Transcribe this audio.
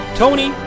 Tony